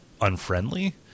unfriendly